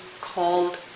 called